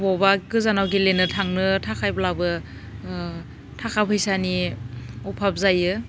बबावबा गोजानाव गेलेनो थांनो थाखायब्लाबो थाखा फैसानि अभाब जायो